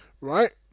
right